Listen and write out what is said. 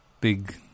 big